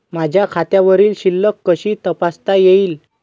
माझ्या खात्यावरील शिल्लक कशी तपासता येईल?